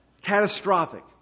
Catastrophic